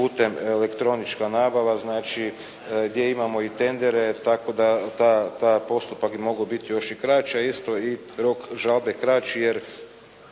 putem elektronička nabava, znači gdje imamo i tendere tako da taj postupak bi mogao biti još i kraći a isto i rok žalbe kraći jer